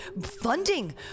funding